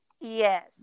Yes